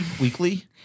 weekly